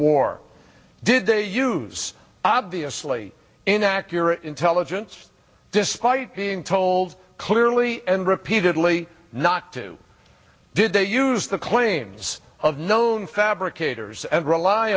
war did they use obviously inaccurate intelligence despite being told clearly and repeatedly not to did they use the claims of known fabricators and rely